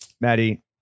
Maddie